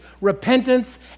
repentance